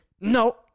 no